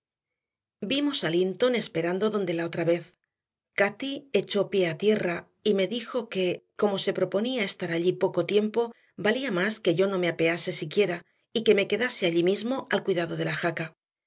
vimos a linton esperando donde la otra vez cati echó pie a tierra y me dijo que como se proponía estar allí poco tiempo valía más que yo no me apease siquiera y que me quedase allí mismo al cuidado de la jaca